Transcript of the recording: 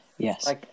Yes